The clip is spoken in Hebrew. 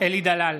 אלי דלל,